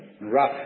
rough